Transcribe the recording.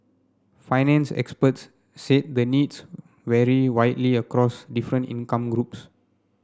finance experts said the needs vary widely across different income groups